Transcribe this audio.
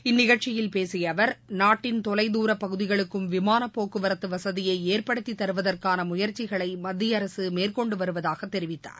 இந்நிகழ்ச்சியல் பேசிய அவர் நாட்டின் தொலை தூரப்பகுதிகளுக்கும் விமான போக்குவரத்து வசதியை ஏற்படுத்தி தருவதற்கான முயற்சிகளை மத்திய அரசு மேற்கொண்டுவருவதாக தெரிவித்தார்